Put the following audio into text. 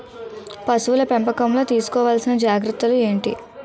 పశువుల పెంపకంలో తీసుకోవల్సిన జాగ్రత్త లు ఏంటి?